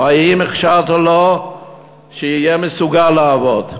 האם הכשרת אותו שיהיה מסוגל לעבוד?